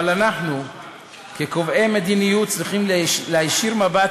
אבל אנחנו כקובעי מדיניות צריכים להישיר מבט